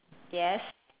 yes